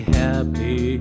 happy